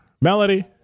Melody